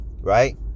Right